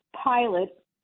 pilot